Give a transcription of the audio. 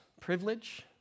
privilege